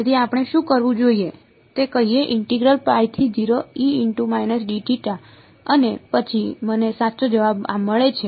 તેથી આપણે શું કરવું જોઈએ તે કહીએ અને પછી મને સાચો જવાબ મળે છે